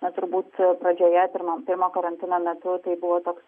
na turbūt pradžioje pirma pirmo karantino metu tai buvo toks